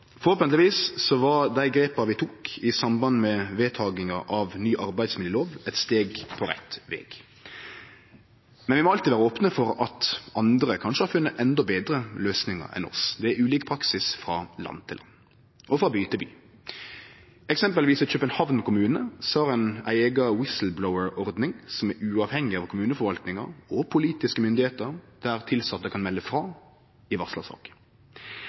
var dei grepa vi tok i samband med vedtakinga av ny arbeidsmiljølov, eit steg på rett veg. Men vi må alltid vere opne for at andre kanskje har funne endå betre løysingar enn oss. Det er ulik praksis frå land til land og frå by til by. Eksempelvis har ein i København kommune ei eiga «whistleblower»-ordning, som er uavhengig av kommuneforvaltinga og politiske myndigheiter, der tilsette kan melde frå om varslarsaker. I